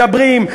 מדברים,